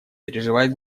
переживает